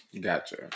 Gotcha